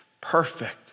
perfect